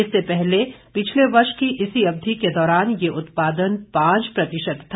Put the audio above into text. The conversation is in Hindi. इससे पिछले वर्ष की इसी अवधि के दौरान यह उत्पादन पांच प्रतिशत था